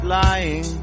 lying